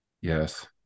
Yes